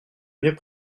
mieux